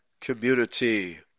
community